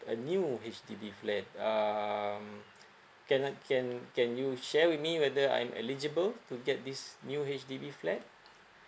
a new H_D_B flat um can can can you share with me whether I'm eligible to get this new H_D_B flat